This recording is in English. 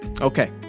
Okay